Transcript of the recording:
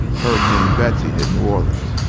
hurricane betsy hit new orleans.